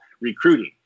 recruiting